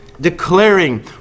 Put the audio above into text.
Declaring